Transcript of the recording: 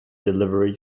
delivery